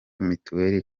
mitiweri